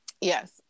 yes